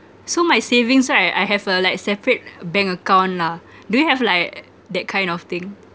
so my savings right I I have uh like separate bank account lah do you have like that kind of thing